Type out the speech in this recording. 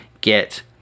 get